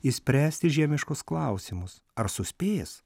išspręsti žiemiškus klausimus ar suspės